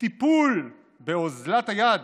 טיפול באוזלת היד